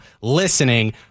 listening